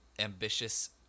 ambitious